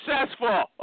successful